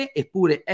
eppure